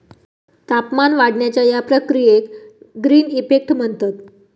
तापमान वाढण्याच्या या प्रक्रियेक ग्रीन इफेक्ट म्हणतत